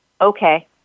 Okay